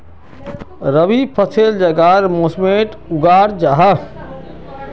रबी फसल जाड़ार मौसमोट उगाल जाहा